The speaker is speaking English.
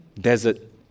desert